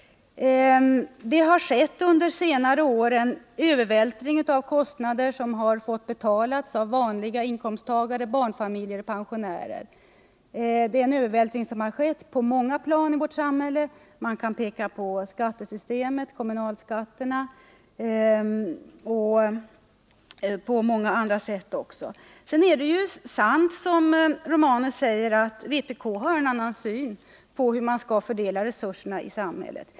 Det har under senare år skett en övervältring av kostnader, som fått betalas av vanliga inkomsttagare, barnfamiljer och pensionärer. Det är en övervältring som har skett på många plan i vårt samhälle. Man kan bl.a. peka på skattesystemet, på kommunalskatterna. Sedan är det ju sant, som Gabriel Romanus säger, att vpk har en annan syn på hur man skall fördela resurserna i samhället.